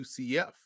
UCF